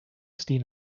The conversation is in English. steam